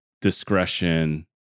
discretion